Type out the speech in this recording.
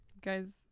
guys